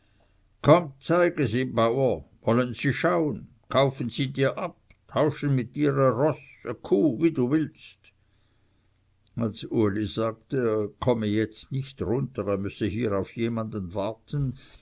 komm zeige sie bauer wollen sie schauen kaufen sie dir ab tauschen mit dir e roß e kuh wie du willst als uli sagte jetzt komme er nicht runter er müsse hier auf jemanden warten